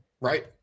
Right